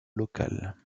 local